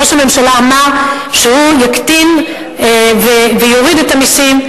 ראש הממשלה אמר שהוא יקטין ויוריד את המסים,